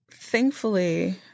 Thankfully